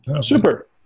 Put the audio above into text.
Super